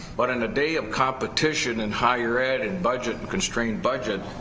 but in a day of competition in higher ed and budget, and constrained budget,